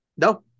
no